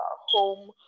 home